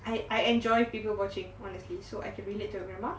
I I enjoy people watching honestly so I can relate to your grandma